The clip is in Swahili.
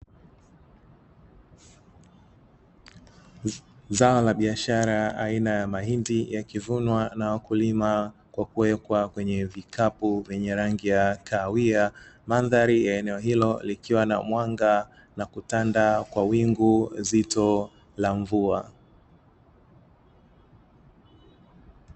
Zao la biashara aina ya mahindi yakivunwa na wakulima, kwa kuwekwa kwenye vikapu vyenye rangi ya kahawia, mandhari ya eneo hilo likiwa na mwanga na kutanda kwa wingu zito la mvua.